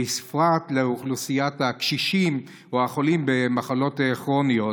בפרט לאוכלוסיית הקשישים או החולים במחלות כרוניות,